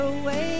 away